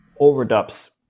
overdubs